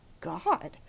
God